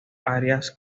áreas